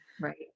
Right